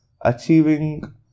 achieving